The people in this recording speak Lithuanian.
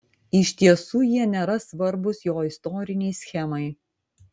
iš tiesų jie nėra svarbūs jo istorinei schemai